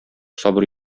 сабыр